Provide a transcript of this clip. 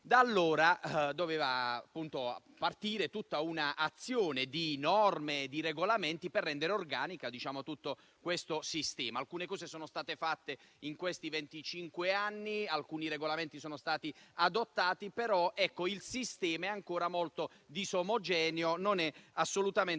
Da allora doveva partire un progetto di norme e di regolamenti per rendere organico il sistema. Alcune cose sono state fatte in questi venticinque anni, alcuni regolamenti sono stati adottati; il sistema è ancora molto disomogeneo, non è assolutamente